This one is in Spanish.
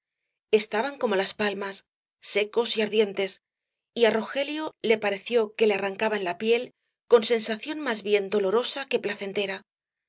estaban como las palmas secos y ardientes y á rogelio le pareció que le arrancaban la piel con sensación más bien dolorosa que placentera